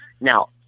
now